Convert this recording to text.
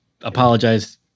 apologize